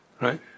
right